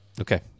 okay